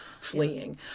fleeing